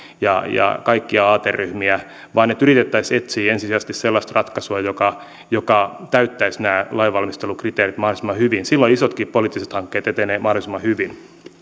ja ja kaikkia aateryhmiä vaan yritettäisiin etsiä ensisijaisesti sellaista ratkaisua joka joka täyttäisi nämä lainvalmistelukriteerit mahdollisimman hyvin silloin isotkin poliittiset hankkeet etenevät mahdollisimman hyvin